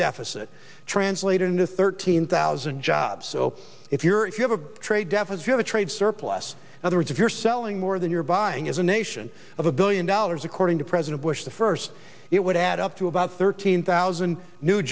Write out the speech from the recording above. deficit translated into thirteen thousand jobs so if you're if you have a trade deficit a trade surplus other words if you're selling more than you're buying as a nation of a billion dollars according to president bush the first it would add up to about thirteen thousand new